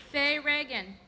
say reagan